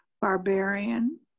barbarian